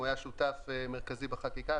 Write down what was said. הוא היה שותף מרכזי בחקיקה,